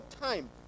time